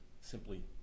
simply